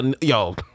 Yo